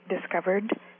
discovered